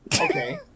Okay